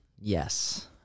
Yes